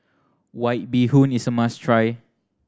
White Bee Hoon is a must try